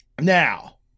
Now